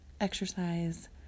exercise